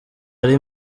ari